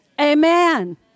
Amen